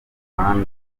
hano